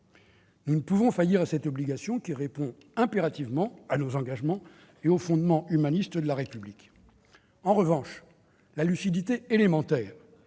Nous ne pouvons faillir à cette obligation, qui répond impérativement à nos engagements et aux fondements humanistes de la République. En revanche, la lucidité élémentaire